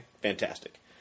Fantastic